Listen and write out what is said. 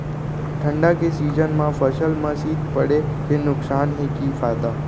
ठंडा के सीजन मा फसल मा शीत पड़े के नुकसान हे कि फायदा?